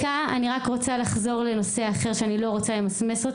להלן תרגומם: אני רק רוצה לחזור לנושא אחר שאני לא רוצה למסמס.